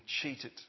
cheated